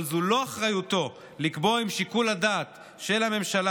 אבל זו לא אחריותו לקבוע אם שיקול הדעת של הממשלה